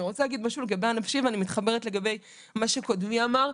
אני רוצה להגיד משהו לגבי הנפשי ואני מתחברת לגבי מה שקודמי אמר.